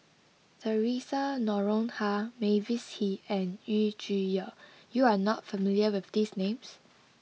Theresa Noronha Mavis Hee and Yu Zhuye you are not familiar with these names